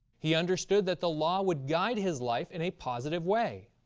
he understood that the law would guide his life in a positive way.